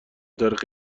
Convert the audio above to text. تاریخ